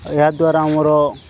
ଏହା ଦ୍ଵାରା ଆମର